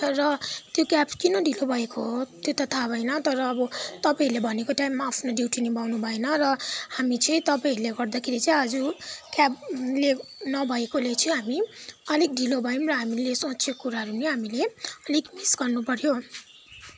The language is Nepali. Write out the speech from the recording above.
र त्यो क्याब किन ढिलो भएको हो त्यो त थाहा भएन तर अब तपाईँले भनेको टाइममा आफ्नो ड्युटी निभाउनुभएन र हामी चाहिँ तपाईँहरूले गर्दाखेरि चाहिँ आज क्याबले नभएकोले चाहिँ हामी अलिक ढिलो भयौँ र हामीले सोचेको कुराहरू पनि हामी अलिक मिस गर्नुपऱ्यो